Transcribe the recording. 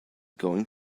going